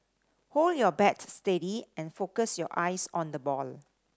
hold your bat steady and focus your eyes on the ball